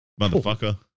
Motherfucker